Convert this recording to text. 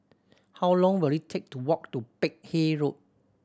how long will it take to walk to Peck Hay Road